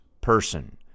person